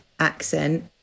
accent